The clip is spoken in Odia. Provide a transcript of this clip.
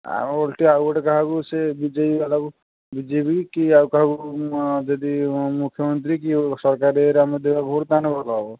ଆଉ ଓଲଟି ଆଉ ଗୋଟେ କାହାକୁ ସେ ବିଜେପି ବାଲାଙ୍କୁ ବିଜେପି କି ଆଉ କାହାକୁ ଯଦି ମୁଖ୍ୟମନ୍ତ୍ରୀ କି ସରକାର ଇଆରେ ଆମେ ଦେବା ଭୋଟ୍ ତା'ହେଲେ ଭଲ ହେବ